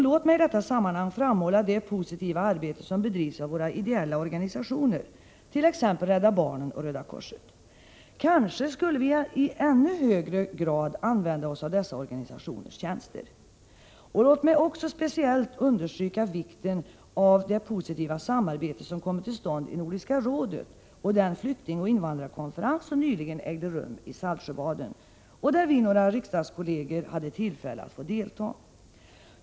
Låt mig i detta sammanhang framhålla det positiva arbete som bedrivs av våra ideella organisationer, t.ex. Rädda barnen och Röda korset. Kanske skulle vi i ännu högre grad använda oss av dessa organisationers tjänster. Låt mig också speciellt understryka vikten av det positiva samarbete som kommit till stånd i Nordiska rådet och den flyktingoch invandrarkonferens som nyligen ägde rum i Saltsjöbaden, där vi var några riksdagskolleger som hade tillfälle att få delta.